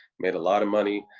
made a lot of money,